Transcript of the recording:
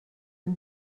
can